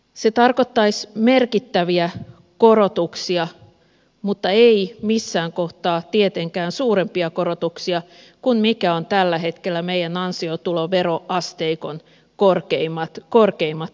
se tarkoittaisi merkittäviä korotuksia mutta ei missään kohtaa tietenkään suurempia korotuksia kuin mikä on tällä hetkellä meidän ansiotuloveroasteikon korkeimmat veroluokat